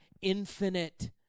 infinite